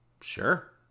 sure